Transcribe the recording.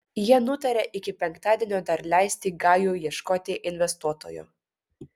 jie nutarė iki penktadienio dar leisti gajui ieškoti investuotojo